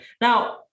Now